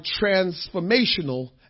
transformational